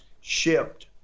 shipped